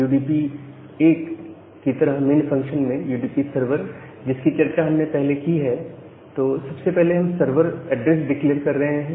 UDP 1 की तरह main function में यूडीपी सर्वर जिसकी चर्चा हमने पहले की है तो सबसे पहले हम सर्वर एड्रेस डिक्लेअर कर रहे हैं